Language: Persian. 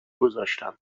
گذاشتم